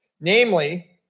namely